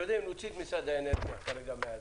נוציא את משרד האנרגיה כרגע.